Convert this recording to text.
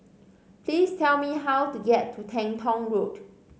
please tell me how to get to Teng Tong Road